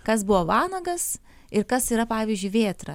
kas buvo vanagas ir kas yra pavyzdžiui vėtra